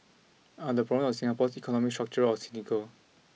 are the problems of Singapore's economy structural or cynical